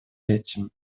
этим